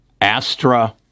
Astra